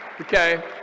Okay